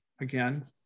again